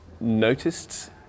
noticed